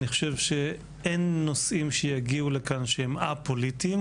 אני חושב שאין נושאים שיגיעו לכאן שהם א-פוליטיים,